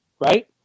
right